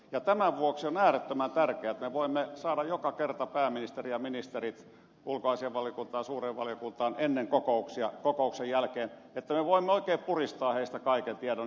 ja tämän vuoksi on äärettömän tärkeää että me voimme saada joka kerta pääministerin ja ministerit ulkoasiainvaliokuntaan suureen valiokuntaan ennen kokouksia ja kokouksen jälkeen niin että me voimme oikein puristaa heistä kaiken tiedon irti